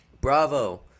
Bravo